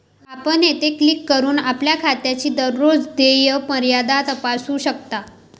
आपण येथे क्लिक करून आपल्या खात्याची दररोज देय मर्यादा तपासू शकता